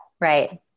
Right